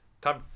time